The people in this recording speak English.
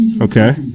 Okay